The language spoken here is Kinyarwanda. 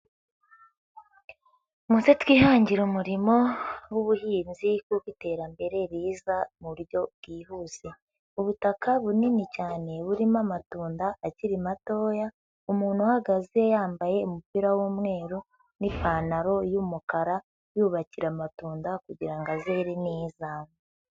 Muze twihangire umurimo w'ubuhinzi, kuko iterambere riza mu buryo bwihuse, ubutaka bunini cyane burimo, amatunda akiri matoya, umuntu uhagaze, yambaye umupira w'umweru n'ipantaro y'umukara yubakira amatunda kugira ngo azere neza.